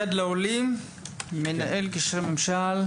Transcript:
בבקשה.